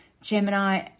gemini